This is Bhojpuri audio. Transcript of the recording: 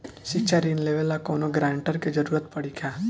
शिक्षा ऋण लेवेला कौनों गारंटर के जरुरत पड़ी का?